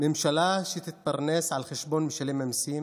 ממשלה שתתפרנס על חשבון משלמי המיסים,